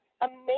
amazing